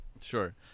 sure